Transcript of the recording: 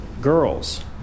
girls